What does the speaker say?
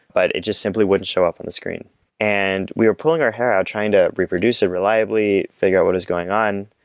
but it just simply wouldn't show up on the screen and we were pulling our hair out trying to reproduce it reliably, figure out what is going on.